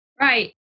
Right